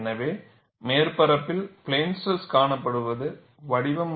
எனவே மேற்பரப்பில் plane stress காணப்படுவது வடிவம்